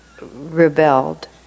rebelled